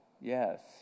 Yes